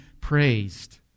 praised